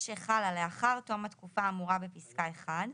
שחלה לאחר תום התקופה האמורה בפסקה (1),